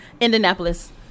Indianapolis